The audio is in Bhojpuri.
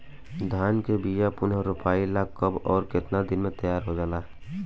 धान के बिया पुनः रोपाई ला कब और केतना दिन में तैयार होजाला?